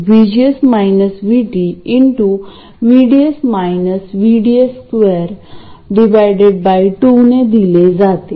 load resistor drain आणि ground दरम्यान असणे आवश्यक आहे किंवा ते ड्रेनशी जोडलेले असणे आवश्यक आहे